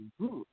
good